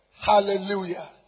Hallelujah